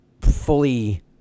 fully